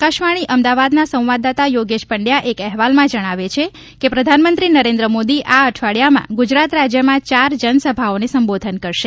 આકાશવાણી અમદાવાદના સંવાદદાતા યોગેશ પંડવા એક અહેવાલમાં જણાવે છે કે પ્રધાનમંત્રી નરેન્દ્ર મોદી આ અઠવાડિયામાં ગુજરાત રાજ્યમાં ચાર જનસભાઓમાં સંબોધન કરશે